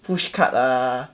pushcart ah